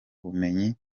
bumenyi